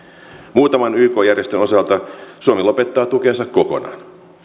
muutaman yk järjestön osalta suomi lopettaa tukensa kokonaan